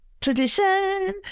Tradition